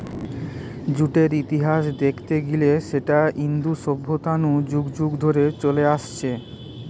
জুটের ইতিহাস দেখতে গিলে সেটা ইন্দু সভ্যতা নু যুগ যুগ ধরে চলে আসছে